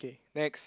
next